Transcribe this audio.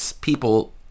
people